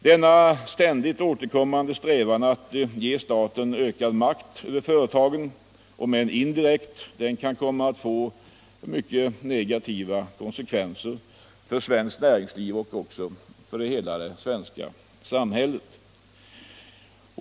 Den ständiga strävan att ge staten ökad makt över företagen, om än indirekt, kan komma att få mycket negativa konsekvenser för svenskt näringsliv och för det svenska samhället.